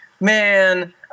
man